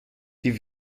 die